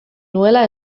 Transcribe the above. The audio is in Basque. nuela